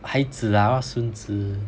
孩子 lah [what] 孙子